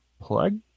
Plug